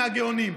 מהגאונים.